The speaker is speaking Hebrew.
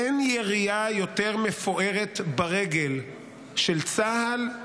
אין ירייה יותר מפוארת ברגל של צה"ל,